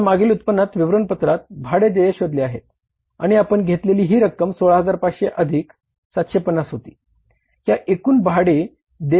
आपण मागील उत्पन्न विवरणपत्रात दाखविले आहे